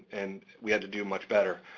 and we had to do much better.